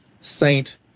Saint